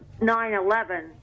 9-11